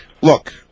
look